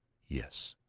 yes.